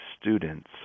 students